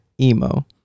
emo